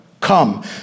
come